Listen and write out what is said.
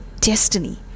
destiny